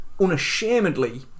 unashamedly